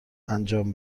انجام